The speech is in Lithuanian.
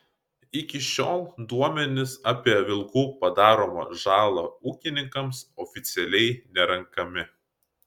iki šiol duomenys apie vilkų padaromą žalą ūkininkams oficialiai nerenkami